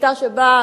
שיטה שבה,